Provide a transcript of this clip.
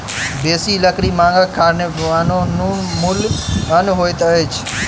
बेसी लकड़ी मांगक कारणें वनोन्मूलन होइत अछि